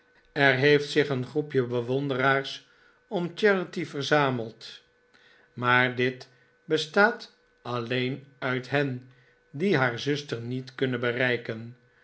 er heeft zich een groepje bewonderaars om charity verzameld maar dit bestaat alleen uit hen die haar zuster niet kunnen bereiken